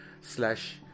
slash